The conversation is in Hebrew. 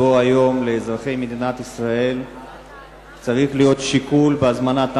לאזרחי מדינת ישראל צריך להיות שיקול בהזמנת אמבולנס,